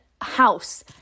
house